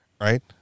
right